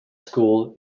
school